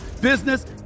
business